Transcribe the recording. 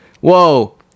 Whoa